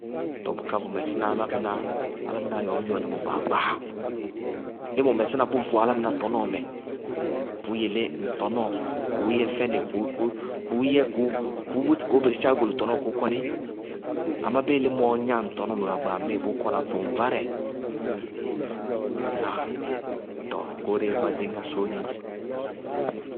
Tɔɔ bʋká bʋ mɛsɩna álámɩnáá, álámɩnáá yɛ ɔɔ gnɔ límɔ gbaagba, límɔ vʋtɔ tɔnɔɔmɛ, bʋʋ yelé ŋ tɔnɔɔ kʋʋ yɛ fɛnɩ, kʋʋ yɛ kʋʋ búti kʋʋ bɩrɩssí ágolutɔnɔɔ kʋʋ kɔní. Amá bíɩ límɔɔ gnáŋ ŋ tɔnɔɔ mɛ gbaagba ŋmíɩ bʋʋ kɔna tʋŋvárɛ. Ŋnáa? Tɔɔ goóre má dzɩñŋá sóóni dzɛ.